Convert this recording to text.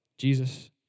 Jesus